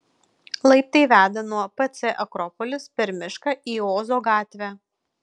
laiptai veda nuo pc akropolis per mišką į ozo gatvę